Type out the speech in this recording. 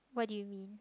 what did you mean